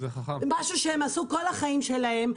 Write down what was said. זה משהו שהם עשו כל החיים שלהם,